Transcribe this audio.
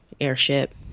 airship